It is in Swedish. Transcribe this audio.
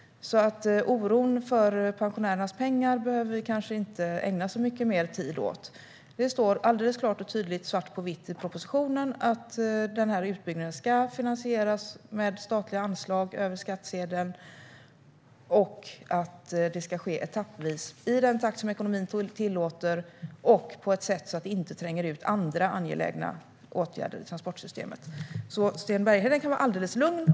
Oron för pensionärernas pengar behöver vi kanske inte ägna så mycket mer tid åt, för det står alldeles klart och tydligt svart på vitt i propositionen att utbyggnaden ska finansieras med statliga anslag över skattsedeln. Det ska ske etappvis i den takt som ekonomin tillåter och på ett sätt som gör att det inte tränger ut andra angelägna åtgärder i transportsystemet. Sten Bergheden kan vara alldeles lugn.